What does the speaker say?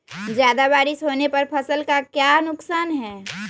ज्यादा बारिस होने पर फसल का क्या नुकसान है?